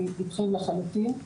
אני איתכם לחלוטין.